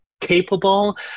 capable